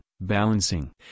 balancing